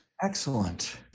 Excellent